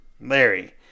Larry